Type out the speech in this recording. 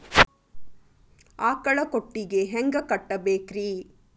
ಆಕಳ ಕೊಟ್ಟಿಗಿ ಹ್ಯಾಂಗ್ ಕಟ್ಟಬೇಕ್ರಿ?